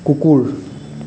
কুকুৰ